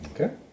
Okay